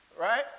right